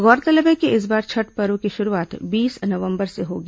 गौरतलब है कि इस बार छठ पर्व की शुरूआत बीस नवंबर से होगी